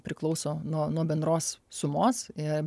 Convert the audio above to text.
priklauso nuo nuo bendros sumos i